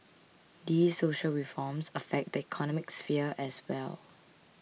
these social reforms affect the economic sphere as well